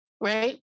right